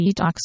detox